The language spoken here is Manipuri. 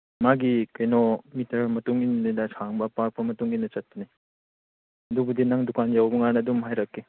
ꯃꯥꯒꯤ ꯀꯩꯅꯣ ꯃꯤꯇꯔ ꯃꯇꯨꯡ ꯏꯟꯅ ꯁꯥꯡꯕ ꯄꯥꯛꯄ ꯃꯇꯨꯡ ꯏꯟꯅ ꯆꯠꯄꯅꯦ ꯑꯗꯨꯕꯨꯗꯤ ꯅꯪ ꯗꯨꯀꯥꯟ ꯌꯧꯕ ꯀꯥꯟꯗ ꯑꯗꯨꯝ ꯍꯥꯏꯔꯛꯀꯦ